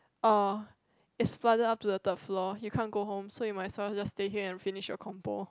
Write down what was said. ah it's flooded up to the third floor you can't go home so you might as well stay here and finish your compo